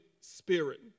Spirit